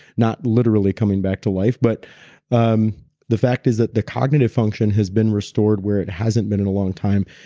not literally coming back to life, but um the fact is that the cognitive function has been restored where it hasn't been in a long time.